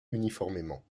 uniformément